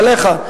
עליך,